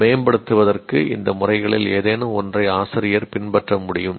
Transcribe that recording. மேம்படுத்துவதற்கு இந்த முறைகளில் ஏதேனும் ஒன்றை ஆசிரியர் பின்பற்ற முடியும்